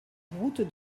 route